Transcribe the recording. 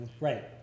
Right